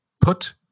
put